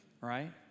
right